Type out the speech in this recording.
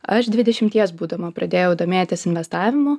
aš dvidešimties būdama pradėjau domėtis investavimu